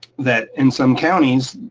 that in some counties,